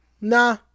nah